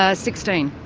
ah sixteen.